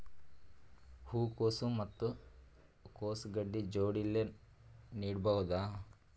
ಹೂ ಕೊಸು ಮತ್ ಕೊಸ ಗಡ್ಡಿ ಜೋಡಿಲ್ಲೆ ನೇಡಬಹ್ದ?